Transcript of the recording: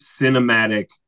cinematic